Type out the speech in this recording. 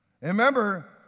Remember